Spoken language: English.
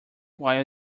while